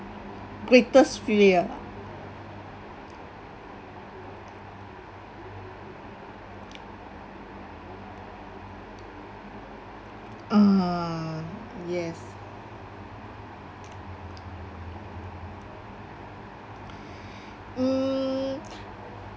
greatest fear uh yes mm